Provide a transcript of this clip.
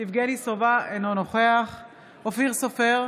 יבגני סובה, אינו נוכח אופיר סופר,